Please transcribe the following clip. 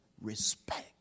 respect